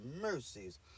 mercies